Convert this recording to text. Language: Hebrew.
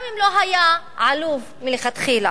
גם אם לא היה עלוב מלכתחילה.